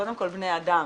קודם כל בני אדם.